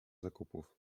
zakupów